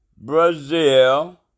Brazil